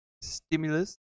Stimulus